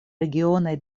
regionaj